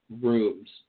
rooms